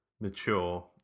mature